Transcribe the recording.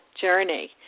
journey